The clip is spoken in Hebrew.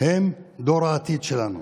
הם דור העתיד שלנו.